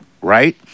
right